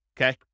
Okay